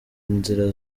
nzira